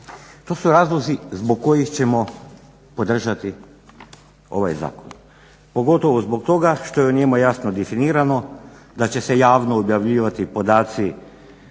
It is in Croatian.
To su razlozi zbog kojih ćemo podržati ovaj zakon, pogotovo zbog toga što je u njemu jasno definirano da će se javno objavljivati podaci